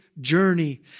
journey